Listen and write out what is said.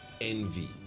envy